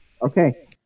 Okay